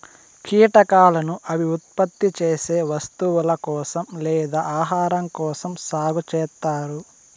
కీటకాలను అవి ఉత్పత్తి చేసే వస్తువుల కోసం లేదా ఆహారం కోసం సాగు చేత్తారు